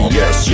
yes